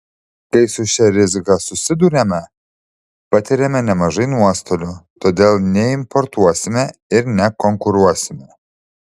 kai su šia rizika susidūrėme patyrėme nemažai nuostolių todėl neimportuosime ir nekonkuruosime